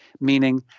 Meaning